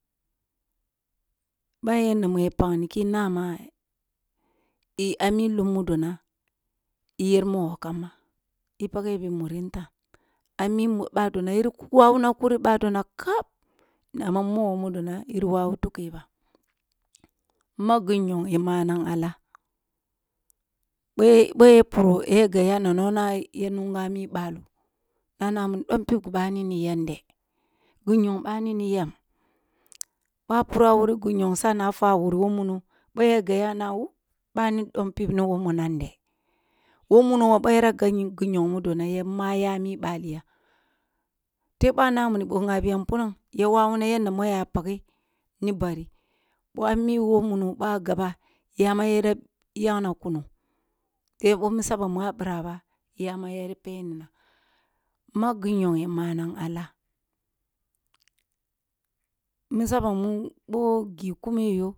Ba yanda mu yi pagni ki nama a mi lum mudona iyer mogho kamb p paghe bi muri ntan ami bah don yiri wawuna kuri ba donna kab, amma mogho mudona yiri wawu tughi ba magh gi nyo manang a la boh boh ya puro ya gabya na nan ono ya nungu a mi balo na na mini bom pib gi bani yam degi nyongh bani niyam, bah puro a wuro gi nyongh s ana fwa a wur who muno boh ya gabya na wu bani dob pib ni wo munam de who muno boh yara gabh gi nyogho mudo m naya maya a mi baliya, tebh boh a na ma who nghabiya punam ya wawuna yanda mu a ya paghi ni bari boh a mi who muno boh a gaba yama yara yangna kuno, tebeh misah ba ma birah bay ama yara penina maghgi nyogho manahg a lah, midah ba boh gi kume yo